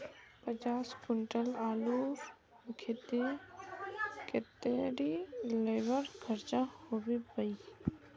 पचास कुंटल आलूर केते कतेरी लेबर खर्चा होबे बई?